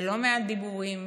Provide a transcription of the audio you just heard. ולא מעט דיבורים,